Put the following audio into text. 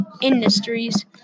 industries